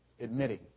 Admitting